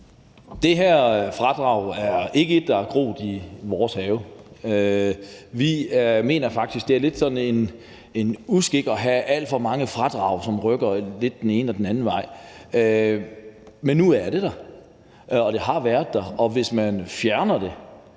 Det her fradrag er ikke et, der er groet i vores have. Vi mener faktisk, at det er lidt sådan en uskik at have alt for mange fradrag, som rykker lidt den ene og lidt den anden vej. Men nu er det der, og det har været der i noget tid, og hvis man fjerner det